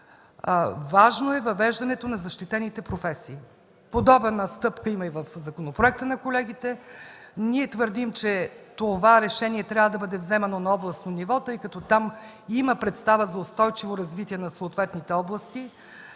Важно е въвеждането на защитените професии. Подобна стъпка има и в законопроекта на колегите. Ние твърдим, че това решение трябва да бъде вземано на областно ниво, тъй като там има представа за устойчивото развитие на съответните области.